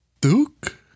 duke